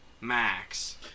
Max